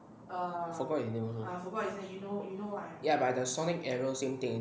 forgot his name also ya but the sonic arrow same thing